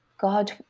God